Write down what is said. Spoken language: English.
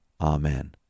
amen